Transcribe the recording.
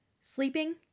Sleeping